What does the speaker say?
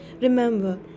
Remember